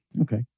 Okay